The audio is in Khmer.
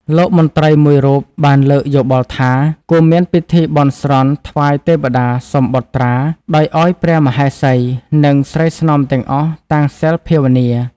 លោកមន្ត្រីមួយរូបបានលើកយោបល់ថា គួរមានពិធីបន់ស្រន់ថ្វាយទេព្តាសុំបុត្រា ដោយឱ្យព្រះមហេសី និងស្រីស្នំទាំងអស់តាំងសីលភាវនា។